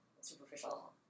superficial